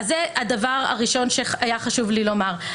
זה הדבר הראשון שהיה חשוב לי לומר.